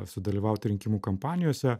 sudalyvauti rinkimų kampanijose